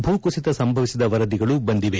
ಭೂಕುಸಿತ ಸಂಭವಿಸಿದ ವರದಿಗಳೂ ಬಂದಿದೆ